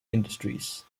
industries